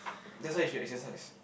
that's why you should exercise